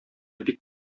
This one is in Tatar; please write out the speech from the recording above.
бик